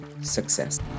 success